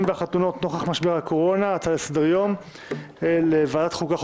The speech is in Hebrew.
והחתונות נוכח משבר הקורונה לוועדת החוקה,